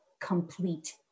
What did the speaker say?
complete